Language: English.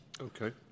Okay